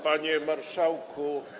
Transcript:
Panie Marszałku!